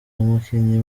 umukinnyi